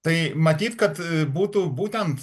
tai matyt kad būtų būtent